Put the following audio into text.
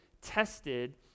tested